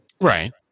Right